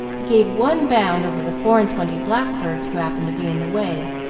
he gave one bound over the four-and-twenty blackbirds who happened to be in the way,